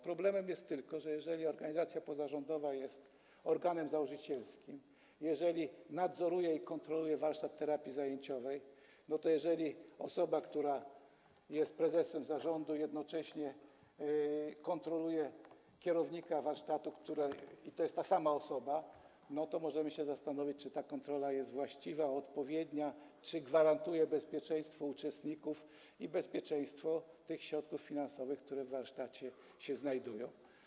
Problemem jest tylko to, że jeżeli organizacja pozarządowa jest organem założycielskim i jeżeli nadzoruje i kontroluje warsztat terapii zajęciowej, to jeżeli osoba, która jest prezesem zarządu i jednocześnie kontroluje kierownika warsztatu, to jest ta sama osoba, to możemy się zastanowić, czy ta kontrola jest właściwa, odpowiednia, czy gwarantuje bezpieczeństwo uczestników i bezpieczeństwo tych środków finansowych, które w warsztacie się znajdują.